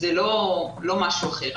זה לא משהו אחר.